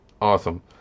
awesome